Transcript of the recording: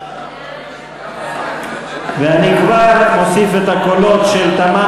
חוק להשתתפותם של העובדים,